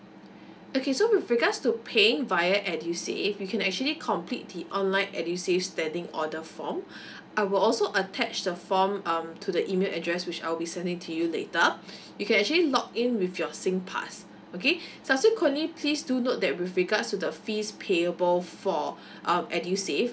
okay so with regards to paying via edusave you can actually complete the online edusave standing order form I will also attach the form um to the email address which I'll be sending to you later you can actually log in with your singpass okay subsequently please do note that with regards to the fees payable for um edusave